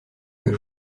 que